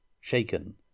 Shaken